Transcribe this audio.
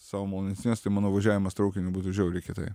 sau malonesnios tai mano važiavimas traukiniu būtų žiauriai kitaip